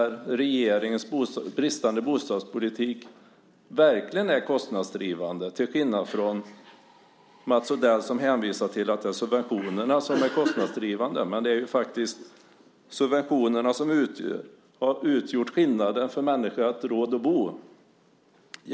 Regeringens bristande bostadspolitik är verkligen kostnadsdrivande, medan Mats Odell hänvisar till att det är subventionerna som är kostnadsdrivande. Subventionerna har faktiskt gjort att människor har haft råd att bo.